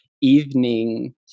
evening